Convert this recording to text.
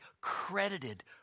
credited